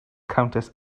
countess